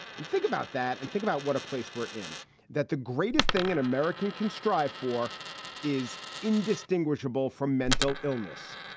and think about that and think about what a place we're in that the greatest thing an american can strive for is indistinguishable from mental illness.